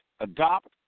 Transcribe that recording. Adopt